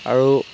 আৰু